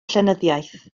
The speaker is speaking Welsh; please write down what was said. llenyddiaeth